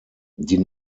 die